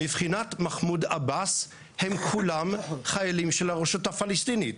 מבחינת מחמוד עבאס הם כולם חיילים של הרשות הפלסטינית.